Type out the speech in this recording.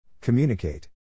Communicate